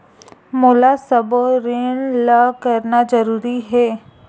मोला सबो ऋण ला करना जरूरी हे?